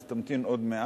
אז תמתין עוד מעט.